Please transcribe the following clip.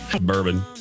bourbon